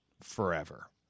forever